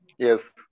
Yes